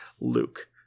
Luke